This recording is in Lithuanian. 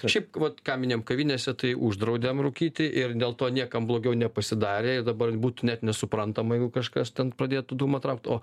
šiaip vat ką minėjom kavinėse tai uždraudėm rūkyti ir dėl to niekam blogiau nepasidarė ir dabar būtų net nesuprantama jeigu kažkas ten pradėtų dūmą traukt o